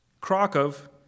Krakow